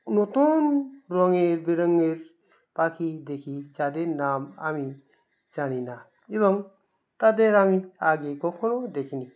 নতুন রঙের বেরঙের পাখি দেখি যাদের নাম আমি জানি না এবং তাদের আমি আগে কখনও দেখিনি